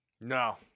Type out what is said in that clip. no